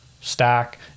stack